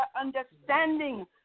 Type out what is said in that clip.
understanding